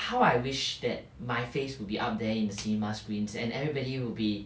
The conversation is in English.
how I wish that my face will be up there in cinema screens and everybody would be